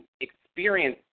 experience